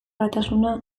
batasuna